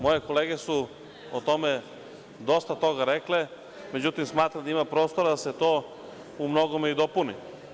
Moje kolege su o tome dosta toga rekle, međutim, smatram da ima prostora da se to u mnogome dopuni.